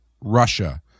Russia